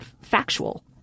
Factual